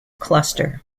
cluster